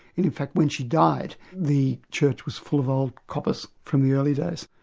in in fact, when she died, the church was full of old coppers from the early days,